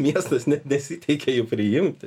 miestas net nesiteikė jų priimti